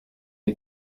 est